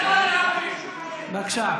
בבקשה.